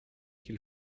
qu’il